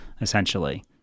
essentially